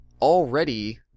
already